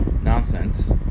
nonsense